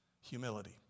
Humility